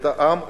את העם,